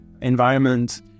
environment